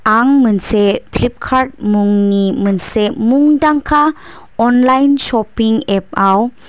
आं मोनसे फ्लिपकार्ट मुंनि मोनसे मुंदांखा अनलाइन शपिं एप आव